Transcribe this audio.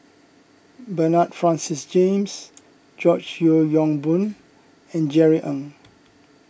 Bernard Francis James George Yeo Yong Boon and Jerry Ng